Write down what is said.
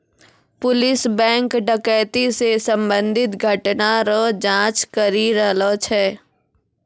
police bank डकैती से संबंधित घटना रो जांच करी रहलो छै